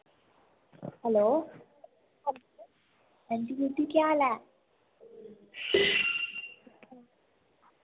hello Anji दीदी केह् हाल ऐ